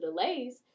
delays